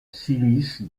silice